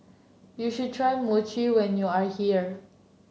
you should try Mochi when you are here